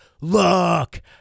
look